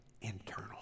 internal